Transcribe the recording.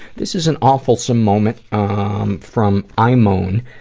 this is an awfulsome moment um from i moan.